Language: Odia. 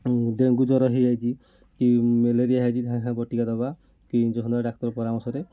ଡେଙ୍ଗୁ ଜର ହେଇଯାଇଛି କି ମେଲେରିଆ ହେଇଛି ସାଙ୍ଗେ ସାଙ୍ଗେ ବଟିକା ଦେବା କି ଇଞ୍ଜେକ୍ସନ୍ ଡାକ୍ତର୍ ପରାମର୍ଶରେ